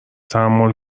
تحمل